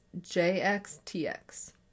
JXTX